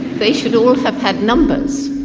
they should all have had numbers